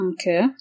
Okay